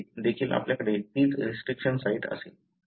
इथे देखील आपल्याकडे तीच रिस्ट्रिक्शन साइट असेल